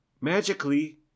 Magically